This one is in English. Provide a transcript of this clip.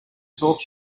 talk